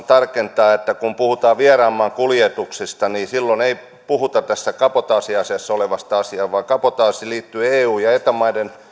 tarkentaa on että kun puhutaan vieraan maan kuljetuksista niin silloin ei puhuta tästä kabotaasiasiassa olevasta asiasta vaan kabotaasi liittyy eu ja eta maiden